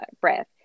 breath